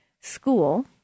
school